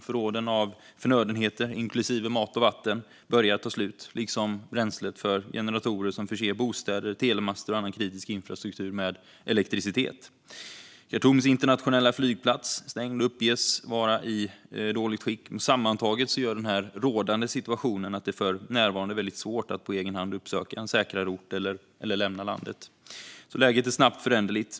Förråden av förnödenheter inklusive mat och vatten börjar ta slut liksom bränslet för generatorer som förser bostäder, telemaster och annan kritisk infrastruktur med elektricitet. Khartoums internationella flygplats är stängd och uppges vara i dåligt skick. Sammantaget gör den rådande situationen att det för närvarande är väldigt svårt att på egen hand uppsöka en säkrare ort eller lämna landet. Läget är snabbt föränderligt.